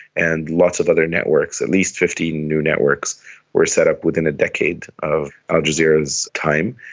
and lots of other networks, at least fifteen new networks were set up within a decade of al jazeera's time,